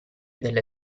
delle